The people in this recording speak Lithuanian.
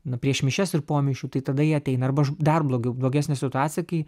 nu prieš mišias ir po mišių tai tada jie ateina arba dar blogiau blogesnė situacija kai